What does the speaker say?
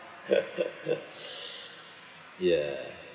ya